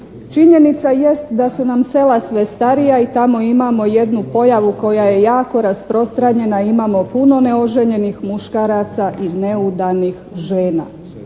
Činjenica jest da su nam sela sve starija i tamo imamo jednu pojavu koja je jako rasprostranjena, imamo puno neoženjenih muškaraca i neudanih žena.